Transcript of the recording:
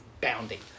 bounding